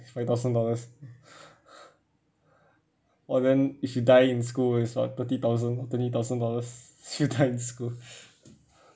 five thousand dollars or then if you die in school it's about thirty thousand twenty thousand dollars if you die in school